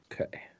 Okay